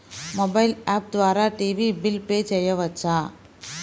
Mobile app ద్వారా TV bill pay చేయవచ్చా?